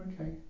Okay